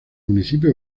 municipio